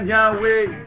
Yahweh